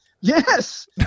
Yes